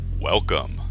Welcome